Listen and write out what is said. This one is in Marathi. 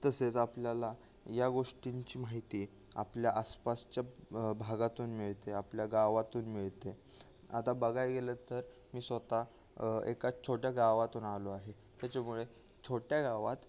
तसेच आपल्याला या गोष्टींची माहिती आपल्या आसपासच्या भागातून मिळते आपल्या गावातून मिळते आता बघायला गेलं तर मी स्वतः एका छोट्या गावातून आलो आहे त्याच्यामुळे छोट्या गावात